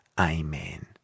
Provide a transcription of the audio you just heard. amen